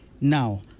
Now